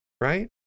Right